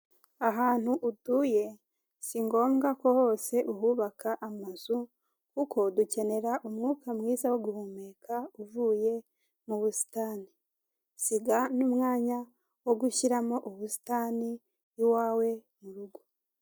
Ahantu utuye si ngombwa ko hose uhubaka amazu, kuko dukenera umwuka mwiza wo guhumeka uvuye mu busitani, sida n'umwanya wo gushyiramo ubusitani iwawe mu rugo.